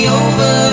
over